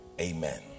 Amen